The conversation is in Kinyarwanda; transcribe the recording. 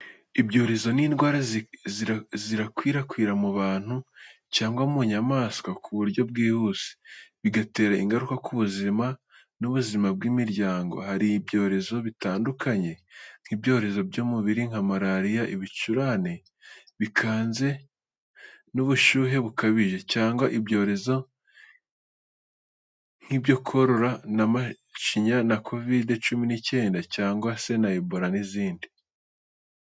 Ibyorezo ni indwara zikwirakwira mu bantu cyangwa mu nyamaswa ku buryo bwihuse, bigatera ingaruka ku buzima n’ubuzima bw’imiryango. Hari byorezo bitandukanye, nk’ibyorezo by’umubiri nka malaria, ibicurane bikaze n’ubushyuhe bukabije, cyangwa ibyorezo by’inkorora na macinya nka COVID cumi n’I cyenda cyangwa se Ebola n’izindi.